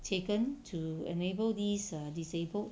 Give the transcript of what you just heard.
taken to enable these err disabled